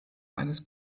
eines